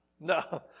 No